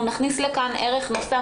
אנחנו נכניס לכאן ערך נוסף,